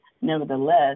Nevertheless